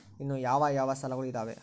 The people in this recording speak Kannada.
ಇನ್ನು ಯಾವ ಯಾವ ಸಾಲಗಳು ಇದಾವೆ?